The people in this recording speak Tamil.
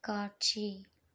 காட்சி